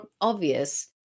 obvious